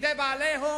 לידי בעלי הון,